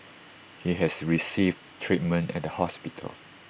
he has received treatment at the hospital